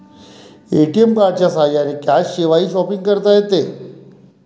ATM कार्डच्या साह्याने कॅशशिवायही शॉपिंग करता येते